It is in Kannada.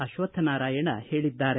ಅಶ್ವಕ್ಷ ನಾರಾಯಣ ಪೇಳಿದ್ದಾರೆ